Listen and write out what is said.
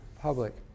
public